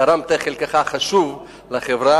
תרמת את חלקך החשוב לחברה.